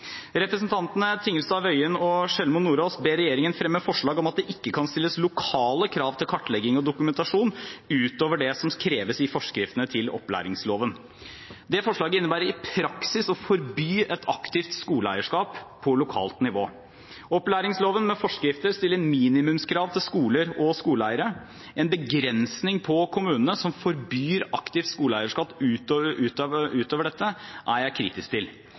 Representantene Tingelstad Wøien og Sjelmo Nordås ber regjeringen fremme forslag om at det ikke kan stilles lokale krav til kartlegging og dokumentasjon utover det som kreves i forskriftene til opplæringsloven. Det forslaget innebærer i praksis å forby et aktivt skoleeierskap på lokalt nivå. Opplæringsloven med forskrifter stiller minimumskrav til skoler og skoleeiere. En begrensning på kommunene som forbyr aktivt skoleeierskap utover dette, er jeg kritisk til.